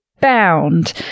bound